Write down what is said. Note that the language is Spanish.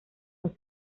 dos